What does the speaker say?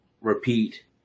repeat